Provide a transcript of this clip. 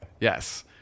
Yes